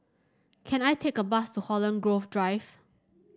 can I take a bus to Holland Grove Drive